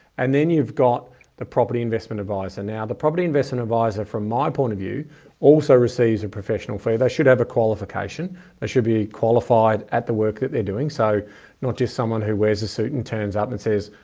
and then you've got the property investment advice and now the property investment advisor from my point of view also receives a professional fee. they should have a qualification. they should be qualified at the work that they're doing. so not just someone who wears a suit and turns up and says,